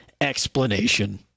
explanation